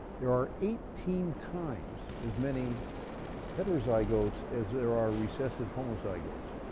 there are eighteen times as many heterozygotes as there are recessive homozygotes.